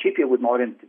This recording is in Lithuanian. šiaip jeigu norint